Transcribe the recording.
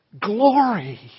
glory